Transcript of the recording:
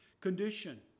Condition